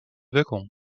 wirkung